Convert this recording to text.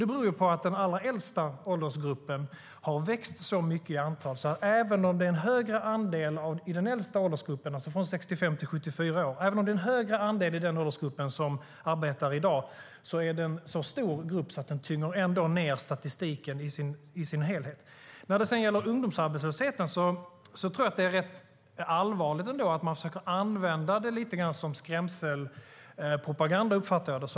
Det beror på att den allra äldsta åldersgruppen har växt så mycket att även om det i den äldsta åldersgruppen, 65-74 år, är en högre andel som arbetar i dag så är den gruppen så stor att den tynger ned statistiken i dess helhet. Beträffande ungdomsarbetslösheten tycker jag att det är rätt allvarligt att man försöker använda den lite grann som skrämselpropaganda, som jag uppfattar det.